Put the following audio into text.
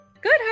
Good